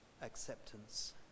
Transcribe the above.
acceptance